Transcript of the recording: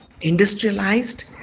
industrialized